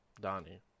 Donnie